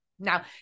Now